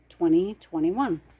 2021